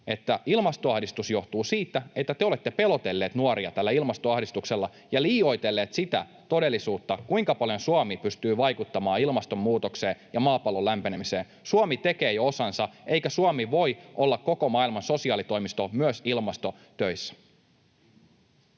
että ilmastoahdistus johtuu siitä, että te olette pelotelleet nuoria tällä ilmastoahdistuksella ja liioitelleet sitä todellisuutta, kuinka paljon Suomi pystyy vaikuttamaan ilmastonmuutokseen ja maapallon lämpenemiseen. Suomi tekee jo osansa, eikä Suomi voi olla koko maailman sosiaalitoimisto myös ilmastotöissä.